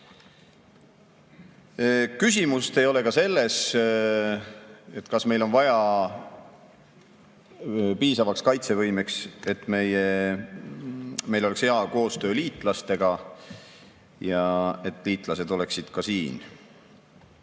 saanud. Küsimust ei ole ka selles, kas meil on vaja piisavaks kaitsevõimeks, et meil oleks hea koostöö liitlastega ja et liitlased oleksid siin.